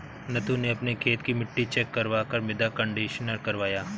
नथु ने अपने खेत की मिट्टी चेक करवा कर मृदा कंडीशनर करवाया